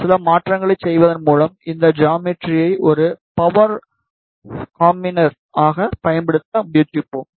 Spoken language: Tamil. சில மாற்றங்களைச் செய்வதன் மூலம் இந்த ஜாமெட்ரியை ஒரு பவர் காம்பினேர் ஆக பயன்படுத்த முயற்சிப்போம்